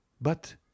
But